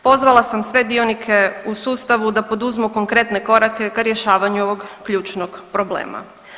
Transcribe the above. Pozvala sam sve dionike u sustavu a poduzmu konkretne korake ka rješavanju ovog ključnog problema.